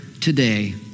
today